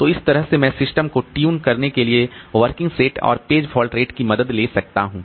तो इस तरह से मैं सिस्टम को ट्यून करने के लिए इस वर्किंग सेट और पेज फॉल्ट रेट की मदद ले सकता हूं